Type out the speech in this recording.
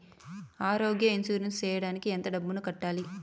ఆరోగ్య ఇన్సూరెన్సు సేయడానికి ఎంత డబ్బుని కట్టాలి?